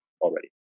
already